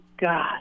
God